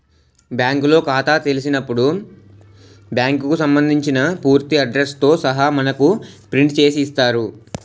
బ్యాంకులో ఖాతా తెలిసినప్పుడు బ్యాంకుకు సంబంధించిన పూర్తి అడ్రస్ తో సహా మనకు ప్రింట్ చేసి ఇస్తారు